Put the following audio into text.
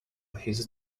his